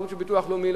טעות של הביטוח הלאומי,